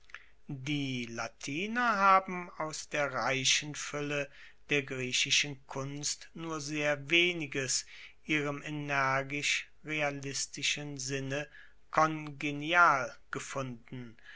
die latiner haben aus der reichen fuelle der griechischen kunst nur sehr weniges ihrem energisch realistischen sinne kongenial gefunden